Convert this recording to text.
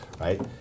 Right